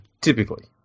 typically